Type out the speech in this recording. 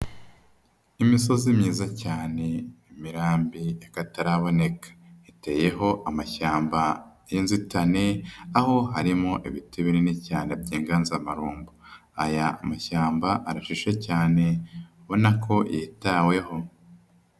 Imisozi myiza cyane, imirambi y'akataraboneka, iteyeho amashyamba y'inzitane, aho harimo ibiti binini cyane by'inganzamarumbo, aya mashyamba arashishe cyane ubona ko yitaweho.